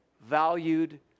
valued